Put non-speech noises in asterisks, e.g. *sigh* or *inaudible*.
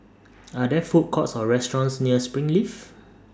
*noise* Are There Food Courts Or restaurants near Springleaf